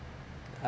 uh